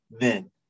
men